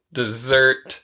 dessert